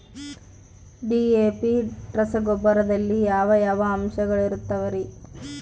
DAP ರಸಗೊಬ್ಬರದಲ್ಲಿ ಯಾವ ಯಾವ ಅಂಶಗಳಿರುತ್ತವರಿ?